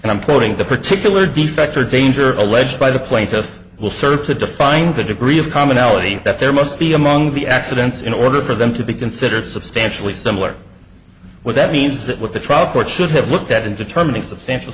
and i'm quoting the particular defect or danger alleged by the plaintiff will serve to define the degree of commonality that there must be among the accidents in order for them to be considered substantially similar what that means that what the trial court should have looked at in determining substantial